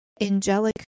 angelic